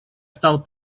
стал